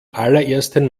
allerersten